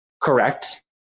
correct